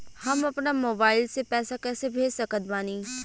हम अपना मोबाइल से पैसा कैसे भेज सकत बानी?